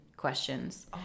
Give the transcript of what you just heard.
questions